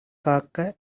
காக்க